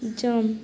jump